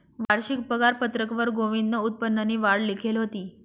वारशिक पगारपत्रकवर गोविंदनं उत्पन्ननी वाढ लिखेल व्हती